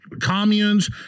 communes